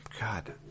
God